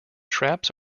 traps